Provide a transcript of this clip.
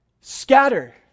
Scatter